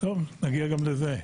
נגיע גם לזה.